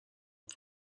حرف